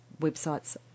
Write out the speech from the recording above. websites